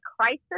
crisis